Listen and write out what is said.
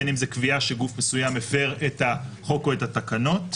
בין אם זה קביעה שגוף מסוים מפר את החוק או את התקנות,